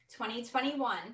2021